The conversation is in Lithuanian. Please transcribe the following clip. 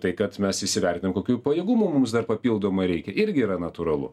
tai kad mes įsivertinam kokių pajėgumų mums dar papildomai reikia irgi yra natūralu